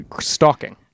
stalking